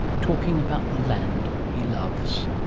talking about the land he loves.